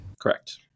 Correct